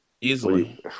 easily